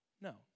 No